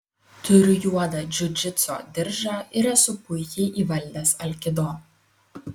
turiu juodą džiudžitso diržą ir esu puikiai įvaldęs alkido